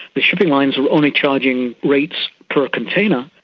the shipping lines were only charging rates per container.